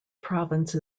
province